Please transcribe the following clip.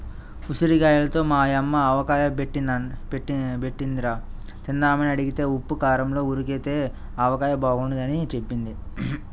ఉసిరిగాయలతో మా యమ్మ ఆవకాయ బెట్టిందిరా, తిందామని అడిగితే ఉప్పూ కారంలో ఊరితేనే ఆవకాయ బాగుంటదని జెప్పింది